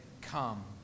Come